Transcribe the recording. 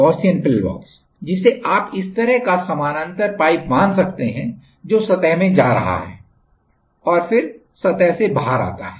Gaussian pillbox जिसे आप इस तरह का समानांतर पाइप मान सकते हैं जो सतह में जा रहा है और फिर सतह से बाहर आता है